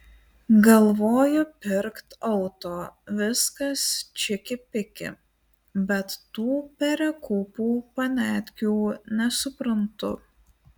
galvoju pirkt auto viskas čiki piki bet tų perekūpų paniatkių nesuprantu